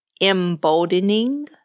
emboldening